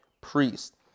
priest